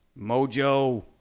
Mojo